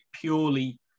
purely